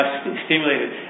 stimulated